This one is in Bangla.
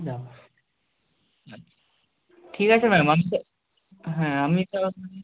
ঠিক আছে ম্যাম আমি হ্যাঁ আমি